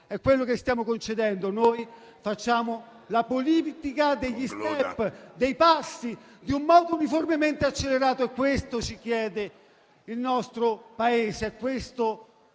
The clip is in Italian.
È quello che stiamo concedendo. Noi facciamo la politica degli *step*, dei passi e di un moto uniformemente accelerato. Questo ci chiede il nostro Paese e questo